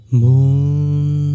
moon